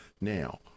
Now